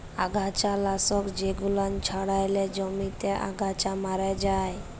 আগাছা লাশক জেগুলান ছড়ালে জমিতে আগাছা ম্যরে যায়